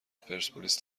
پرسپولیس